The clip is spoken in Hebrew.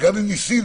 וגם אם ניסינו.